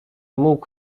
mógł